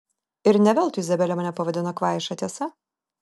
ir ne veltui izabelė mane pavadino kvaiša tiesa